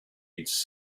eats